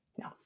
No